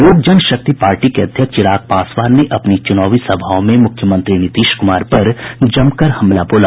लोक जनशक्ति पार्टी के अध्यक्ष चिराग पासवान ने अपनी चुनावी सभाओं में मुख्यमंत्री नीतीश कुमार पर जमकर हमला बोला